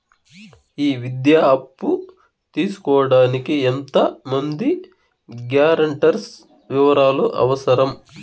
ఈ విద్యా అప్పు తీసుకోడానికి ఎంత మంది గ్యారంటర్స్ వివరాలు అవసరం?